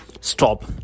stop